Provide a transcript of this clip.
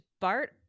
bart